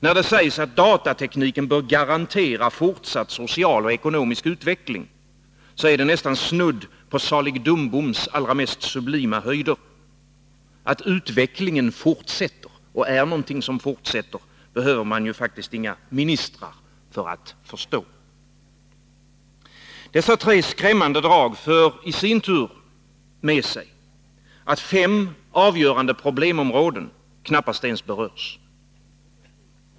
När det sägs att datatekniken bör garantera fortsatt social och ekonomisk utveckling, är det nästan snudd på Salig Dumboms allra mest sublima höjder. Att utvecklingen är någonting som fortsätter behöver man faktiskt inga ministrar för att förstå. Dessa tre skrämmande drag för i sin tur med sig att fem avgörande problemområden knappast ens berörs.